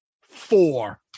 four